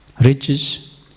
Riches